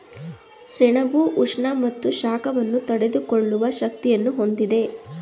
ಸೆಣಬು ಉಷ್ಣ ಮತ್ತು ಶಾಖವನ್ನು ತಡೆದುಕೊಳ್ಳುವ ಶಕ್ತಿಯನ್ನು ಹೊಂದಿದೆ